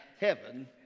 heaven